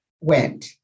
went